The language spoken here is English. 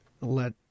let